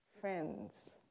friends